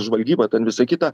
žvalgyba ten visa kita